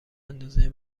اندازه